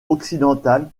occidental